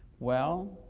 well,